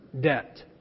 debt